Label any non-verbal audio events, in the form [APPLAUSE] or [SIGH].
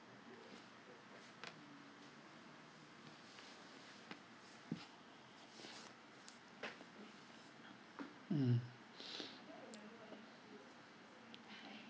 mm [BREATH]